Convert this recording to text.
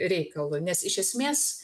reikalu nes iš esmės